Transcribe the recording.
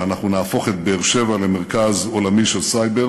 שאנחנו נהפוך את באר-שבע למרכז עולמי של סייבר